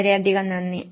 വളരെയധികം നന്ദി